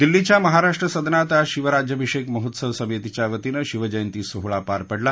दिल्लीच्या महाराष्ट्र सदनात आज शिवराज्यभिषेक महोत्सव समितीच्यावतीने शिवजयंती सोहळा पार पडला